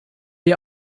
ihr